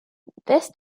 this